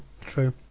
true